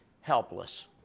helpless